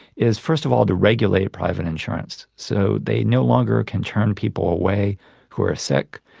is first of all to regulate private insurance. so they no longer can turn people away who are sick,